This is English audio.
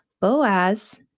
Boaz